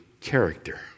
character